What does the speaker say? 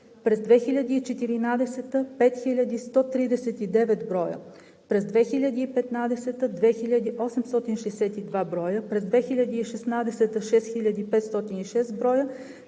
през 2014 г. – 5139 броя; през 2015 г. – 2862 броя; през 2016 г. – 6506 броя;